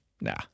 Nah